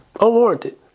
Unwarranted